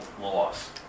loss